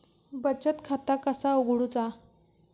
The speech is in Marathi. बचत खाता कसा उघडूचा?